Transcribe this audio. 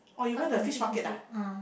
cut from the fish market ah